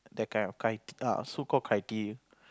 that kind of cri~ uh so called criteria